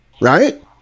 Right